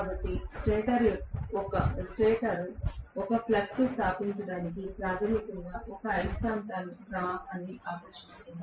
కాబట్టి స్టేటర్ ఒక ఫ్లక్స్ను స్థాపించడానికి ప్రాథమికంగా ఒక అయస్కాంత ప్రవాహాన్ని ఆకర్షిస్తుంది